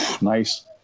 nice